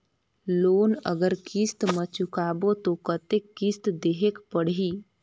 Loan अगर किस्त म चुकाबो तो कतेक किस्त देहेक पढ़ही?